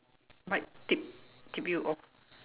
might tip tip you off